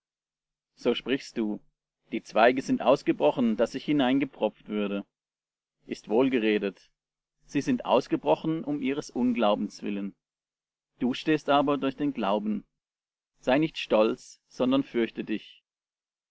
so sprichst du die zweige sind ausgebrochen das ich hineingepfropft würde ist wohl geredet sie sind ausgebrochen um ihres unglaubens willen du stehst aber durch den glauben sei nicht stolz sondern fürchte dich